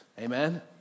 amen